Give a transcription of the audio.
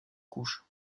couches